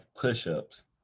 push-ups